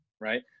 right